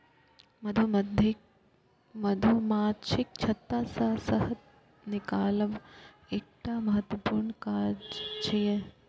मधुमाछीक छत्ता सं शहद निकालब एकटा महत्वपूर्ण काज छियै